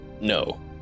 No